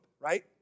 right